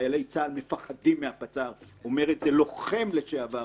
חיילי צה"ל מפחדים מהפצ"ר אומר את זה לוחם לשעבר.